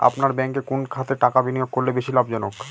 আপনার ব্যাংকে কোন খাতে টাকা বিনিয়োগ করলে বেশি লাভজনক?